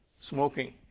smoking